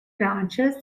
branches